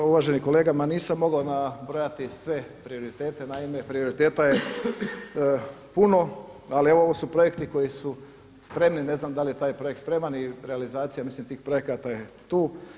Pa uvaženi kolega ma nisam mogao nabrojati sve prioritete, naime prioriteta je puno, ali evo ovo su projekti koji su spremni, ne znam da li je taj projekt spreman i realizacija mislim tih projekata je tu.